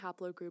haplogroup